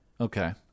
Okay